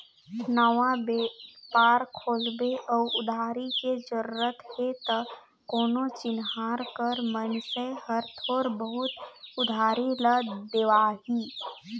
नवा बेपार खोलबे अउ उधारी के जरूरत हे त कोनो चिनहार कर मइनसे हर थोर बहुत उधारी ल देवाही